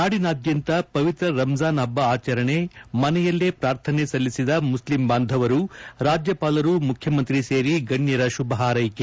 ನಾಡಿನಾದ್ಯಂತ ಪವಿತ್ರ ರಂಜಾನ್ ಹಬ್ಬ ಅಚರಣೆ ಮನೆಯಲ್ಲೇ ಪ್ರಾರ್ಥನೆ ಸಲ್ಲಿಸಿದ ಮುಸ್ಲಿಂ ಬಾಂಧವರು ರಾಜ್ಯಪಾಲರು ಮುಖ್ಯಮಂತ್ರಿ ಸೇರಿ ಗಣ್ಯರ ಶುಭ ಹಾರೈಕೆ